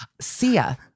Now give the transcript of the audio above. Sia